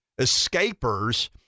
escapers